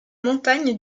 montagnes